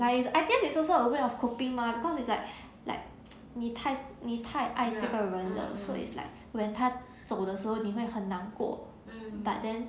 like I guess it's a way of coping mah cause it's like like 你太你太爱这个人了 so it's like when 他走的时候你会很难过 but then